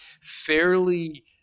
fairly